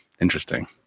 Interesting